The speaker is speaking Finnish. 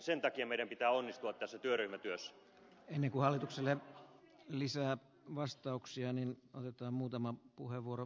sen takia meidän pitää onnistua tässä työryhmätyössä helmikuhallitukselle lisää vastauksia niin että muutaman puheenvuoron